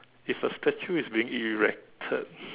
if a statue is being erected